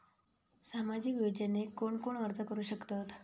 सामाजिक योजनेक कोण कोण अर्ज करू शकतत?